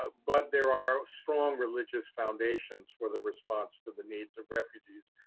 but there are strong religious foundations for the response to the needs of refugees.